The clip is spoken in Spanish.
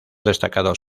destacados